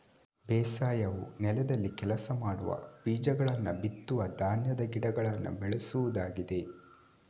ಬೇಸಾಯವು ನೆಲದಲ್ಲಿ ಕೆಲಸ ಮಾಡುವ, ಬೀಜಗಳನ್ನ ಬಿತ್ತುವ ಧಾನ್ಯದ ಗಿಡಗಳನ್ನ ಬೆಳೆಸುವುದಾಗಿದೆ